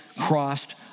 crossed